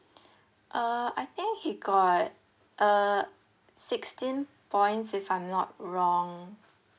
uh I think he got uh sixteen points if I'm not wrong